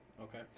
okay